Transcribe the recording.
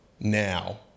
now